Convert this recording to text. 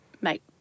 make